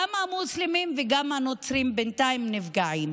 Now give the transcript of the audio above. בינתיים, גם המוסלמים וגם הנוצרים נפגעים.